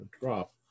drop